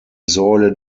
säule